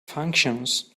functions